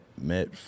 Met